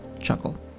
chuckle